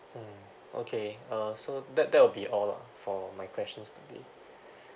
mm okay uh so that that will be all lah for my questions today